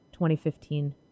2015